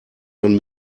man